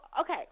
okay